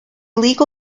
legal